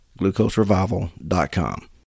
glucoserevival.com